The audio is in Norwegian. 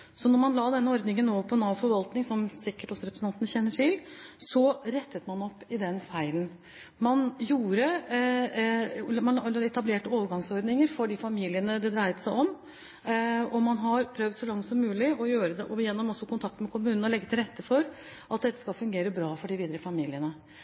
man la denne ordningen over på Nav Forvaltning, som representanten sikkert kjenner til, rettet man opp den feilen. Man etablerte overgangsordninger for de familiene det dreide seg om, og man har så langt som mulig, også gjennom kontakt med kommunene, prøvd å legge til rette for at dette